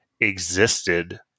existed